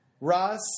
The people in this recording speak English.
Ross